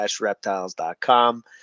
reptiles.com